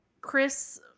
Chris